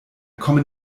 kommen